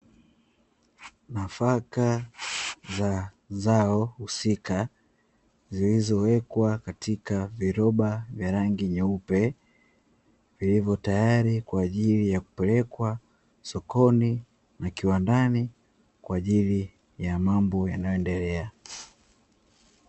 Nafaka za zao husika zilizowekwa katika viroba vya rangi nyeupe, vilivyotayari kwa ajili ya kupelekwa sokoni na kiwandani kwa ajili ya mambo yanayoendelea.